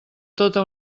tota